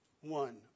one